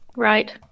Right